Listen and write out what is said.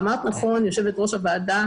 אמרת נכון, יושבת ראש הוועדה,